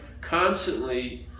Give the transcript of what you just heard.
constantly